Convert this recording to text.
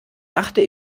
dachte